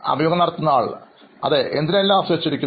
അഭിമുഖം നടത്തുന്നയാൾ അതെ എന്തിനെല്ലാം ആശ്രയിച്ചിരിക്കുന്നു